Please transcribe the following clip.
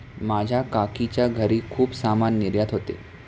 माझ्या काकीच्या घरी खूप सामान निर्यात होते